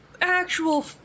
actual